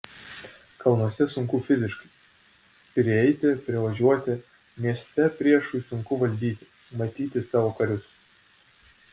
kalnuose sunku fiziškai prieiti privažiuoti mieste priešui sunku valdyti matyti savo karius